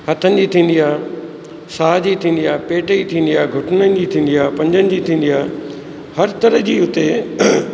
हथनि जी थींदी आहे साह जी थींदी आहे पेट जी थींदी आहे घुटननि जी थींदी आहे पंजनि जी थींदी आहे हर तरह जी हुते